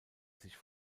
sich